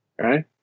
Right